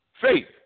faith